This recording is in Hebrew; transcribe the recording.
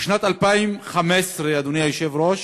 בשנת 2015, אדוני היושב-ראש,